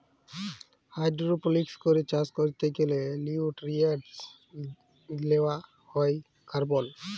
hydroponics করে চাষ ক্যরতে গ্যালে লিউট্রিয়েন্টস লেওয়া হ্যয় কার্বল